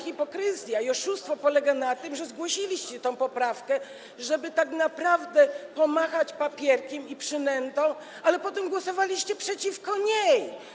Hipokryzja i oszustwo polegają na tym, że zgłosiliście tę poprawkę, żeby tak naprawdę pomachać papierkiem i przynętą, ale potem głosowaliście przeciwko niej.